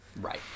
Right